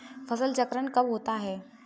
फसल चक्रण कब होता है?